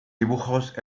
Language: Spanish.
dibujos